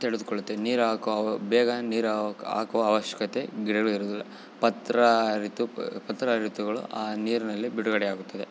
ತಿಳ್ದು ಕೊಳ್ಳತ್ತವೆ ನೀರು ಹಾಕೊ ಅವು ಬೇಗನೆ ನೀರು ಹಾಕ್ ಹಾಕುವ ಅವಶ್ಯಕತೆ ಗಿಡ್ಗಳಿಗೆ ಇರುವುದಿಲ್ಲ ಪತ್ರಹರಿತು ಪತ್ರಹರಿತುಗಳು ಆ ನೀರಿನಲ್ಲಿ ಬಿಡುಗಡೆಯಾಗುತ್ತದೆ